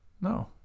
No